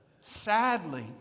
Sadly